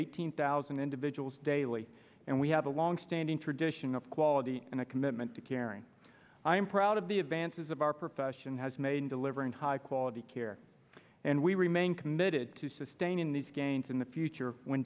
eighteen thousand individuals daily and we have a long standing tradition of quality and a commitment to caring i am proud of the advances of our profession has made in delivering high quality care and we remain committed to sustaining these gains in the future when